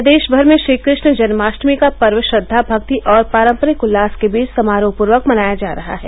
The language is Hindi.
प्रदेश भर में श्रीकृष्ण जन्माष्टमी का पर्व श्रद्वा भक्ति और पारम्परिक उल्लास के बीच समारोहपूर्वक मनाया जा रहा है